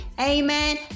Amen